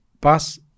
Bus